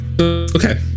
Okay